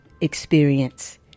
experience